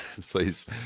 please